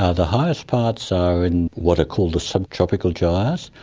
ah the highest parts are in what are called the subtropical gyres.